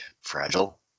fragile